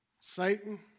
Satan